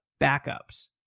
backups